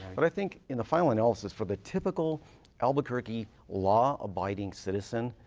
but i think in the final analysis, for the typical albuquerque law-abiding citizen,